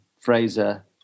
Fraser